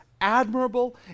admirable